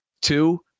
Two